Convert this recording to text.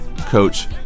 Coach